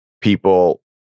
people